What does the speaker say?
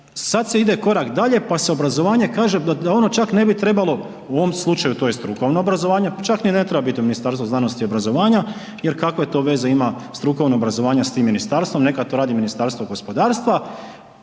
sad se ide korak dalje pa se obrazovanje kaže da ono čak ne bi trebalo u ovom slučaju to je strukovno obrazovanje, čak ni ne treba biti u Ministarstvu znanosti i obrazovanja, jer kakve to veze ima strukovno obrazovanje s tim ministarstvom neka to radi Ministarstvo gospodarstva,